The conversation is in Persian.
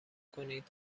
کنید